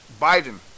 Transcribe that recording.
Biden